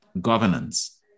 governance